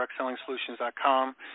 directsellingsolutions.com